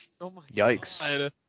Yikes